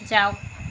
যাওক